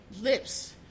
lips